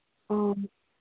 ꯑꯧ